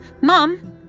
Mom